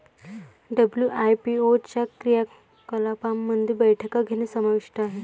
WIPO च्या क्रियाकलापांमध्ये बैठका घेणे समाविष्ट आहे